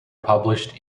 published